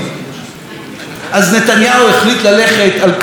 אז נתניהו החליט ללכת על קמפיין המדינה המדהימה.